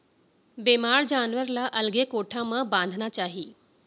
बेमार जानवर ल अलगे कोठा म बांधना चाही